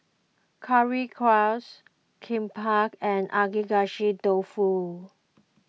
Currywurst Kimbap and Agedashi Dofu